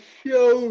show